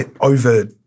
over